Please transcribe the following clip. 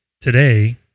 today